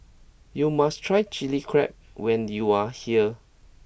you must try Chilli Crab when you are here